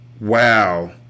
Wow